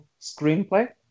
screenplay